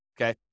Okay